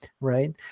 right